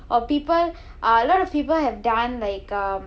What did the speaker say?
or people a lot of people have done like um